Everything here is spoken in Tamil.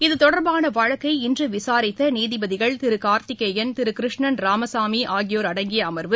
இது தொடர்பான வழக்கை இன்று விசாரித்த நீதிபதிகள் திரு கார்த்திகேயன் திரு கிருஷ்ணன் ராமசாமி ஆகியோர் அடங்கிய அமர்வு